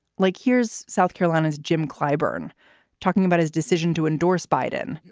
like here's south carolina's jim clyburn talking about his decision to endorse biden.